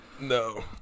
No